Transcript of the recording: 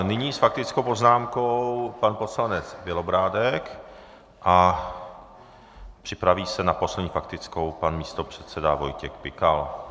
Nyní s faktickou poznámkou pan poslanec Bělobrádek a připraví se na poslední faktickou pan místopředseda Vojtěch Pikal.